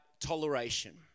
toleration